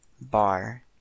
bar